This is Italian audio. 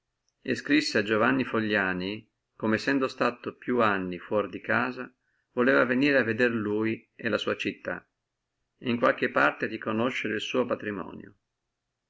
e scrisse a giovanni fogliani come sendo stato più anni fuora di casa voleva venire a vedere lui e la sua città et in qualche parte riconoscere el suo patrimonio